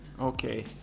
okay